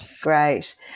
great